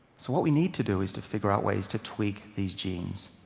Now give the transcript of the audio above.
so what we need to do is to figure out ways to tweak these genes,